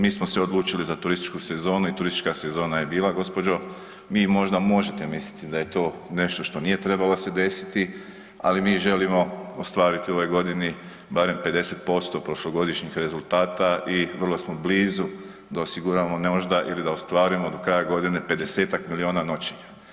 Mi smo se odlučili za turističku sezonu i turistička sezona je bila gospođo, vi možda možete misliti da je to nešto što nije trebalo se desiti, ali mi želimo ostvariti u ovoj godini barem 50% prošlogodišnjih rezultata i vrlo smo blizu da osiguramo ne možda ili da ostvarimo do kraja godine 50-tak miliona noćenja.